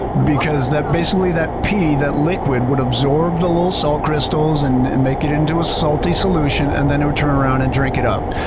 because basically that pee, that liquid, would absorb the little salt crystals and and make it into a salty solution, and then it would turn around and drink it up.